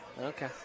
Okay